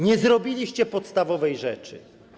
Nie zrobiliście podstawowej rzeczy.